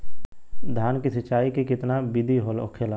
धान की सिंचाई की कितना बिदी होखेला?